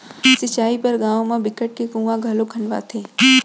सिंचई बर गाँव म बिकट के कुँआ घलोक खनवाथे